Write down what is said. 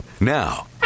Now